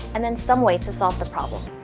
and then some ways to solve the problem.